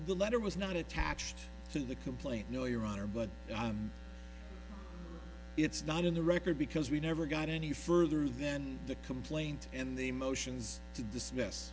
the letter was not attached to the complaint no your honor but it's not in the record because we never got any further then the complaint and the motions to dismiss